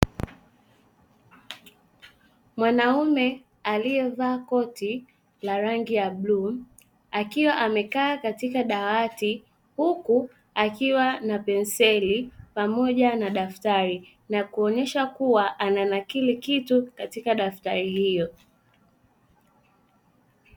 Mwanaume aliyevaa koti la rangi ya bluu, akiwa amekaa katika dawati huku akiwa na penseli pamoja na daftari, akionyesha kuwa ananakiri kitu katika daftari hilo.